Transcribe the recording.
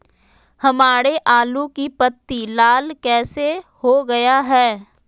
हमारे आलू की पत्ती लाल कैसे हो गया है?